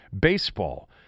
baseball